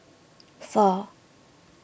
four